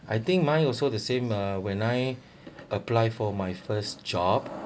I think mine also the same uh when I apply for my first job